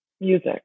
music